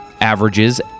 averages